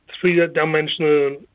three-dimensional